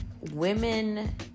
women